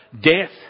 death